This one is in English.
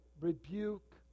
rebuke